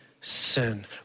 sin